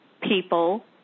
people